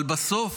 אבל בסוף